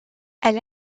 elle